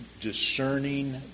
discerning